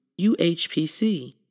UHPC